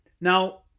Now